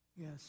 Yes